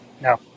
No